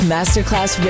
Masterclass